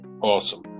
Awesome